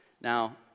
Now